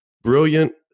brilliant